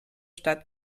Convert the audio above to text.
stadt